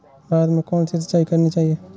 भाता में कौन सी सिंचाई करनी चाहिये?